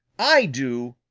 i do!